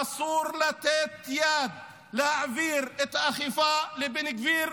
אסור לתת יד להעביר את האכיפה לבן גביר,